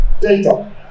data